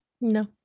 no